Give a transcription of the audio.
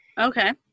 Okay